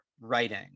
writing